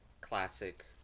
classic